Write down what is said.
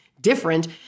different